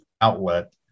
outlet